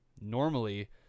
normally